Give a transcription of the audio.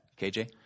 KJ